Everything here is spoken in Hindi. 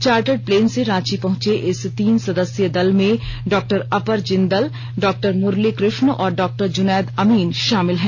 चार्टर्ड प्लेन से रांची पहुंचे इस तीन सदस्यीय दल में डॉ अपर जिंदल डॉ मुरली कृष्ण और डॉ जुनैद अमीन शामिल हैं